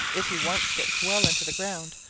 if he once gets well into the ground,